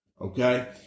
Okay